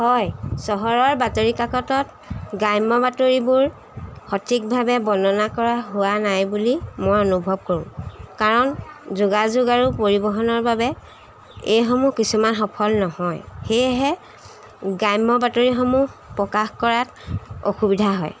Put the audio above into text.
হয় চহৰৰ বাতৰিকাকতত গ্ৰাম্য বাতৰিবোৰ সঠিকভাৱে বৰ্ণনা কৰা হোৱা নাই বুলি মই অনুভৱ কৰোঁ কাৰণ যোগাযোগ আৰু পৰিবহণৰ বাবে এইসমূহ কিছুমান সফল নহয় সেয়েহে গ্ৰাম্য বাতৰিসমূহ প্ৰকাশ কৰাত অসুবিধা হয়